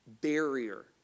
barrier